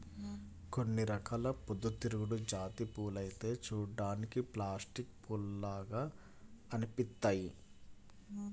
కొన్ని రకాల పొద్దుతిరుగుడు జాతి పూలైతే చూడ్డానికి ప్లాస్టిక్ పూల్లాగా అనిపిత్తయ్యి